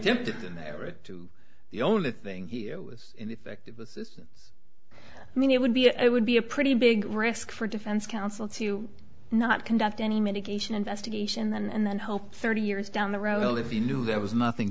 right to the only thing here was ineffective assistance i mean it would be it would be a pretty big risk for defense counsel to not conduct any mitigation investigation then and then hope thirty years down the road if you knew there was nothing